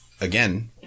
again